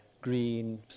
green